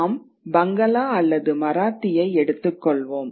நாம் பங்களா அல்லது மராத்தியை எடுத்துக் கொள்வோம்